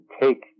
take